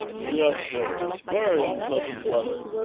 yes, sir very unpleasant weather.